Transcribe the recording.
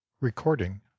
Recording